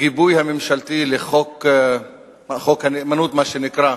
הגיבוי הממשלתי לחוק הנאמנות, מה שנקרא,